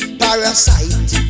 parasite